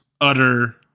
utter